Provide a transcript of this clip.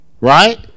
Right